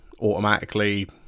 automatically